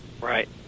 Right